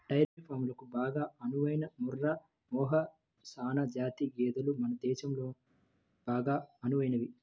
dairy ఫారంలకు బాగా అనువైన ముర్రా, మెహసనా జాతి గేదెలు మన దేశంలో బాగా అనువైనవి